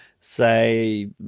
say